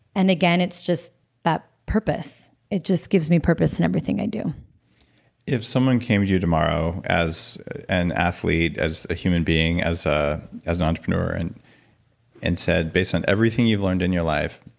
and again, it's just that purpose. it just gives me purpose in everything i do if someone came to you tomorrow as an athlete, as a human being, as ah an entrepreneur and and said, based on everything you've learned in your life,